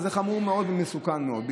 זה חמור מאוד ומסוכן מאוד,